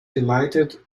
delighted